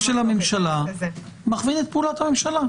הממשלה מכווין את פעולת הממשלה.